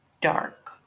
dark